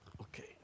Okay